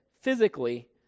physically